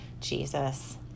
Jesus